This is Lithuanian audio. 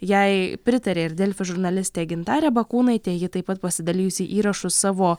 jai pritarė ir delfi žurnaliste gintarė bakūnaitė ji taip pat pasidalijusi įrašu savo